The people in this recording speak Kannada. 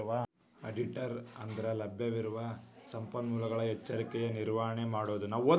ಆಡಿಟರ ಅಂದ್ರಲಭ್ಯವಿರುವ ಸಂಪನ್ಮೂಲಗಳ ಎಚ್ಚರಿಕೆಯ ನಿರ್ವಹಣೆ ಮಾಡೊದು